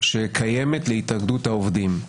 שקיימת להתאגדות העובדים.